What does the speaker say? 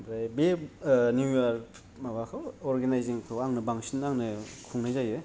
बे new year माबाखौ अरगेनायजिंखौ आंनो बांसिन आंनो खुंनाय जायो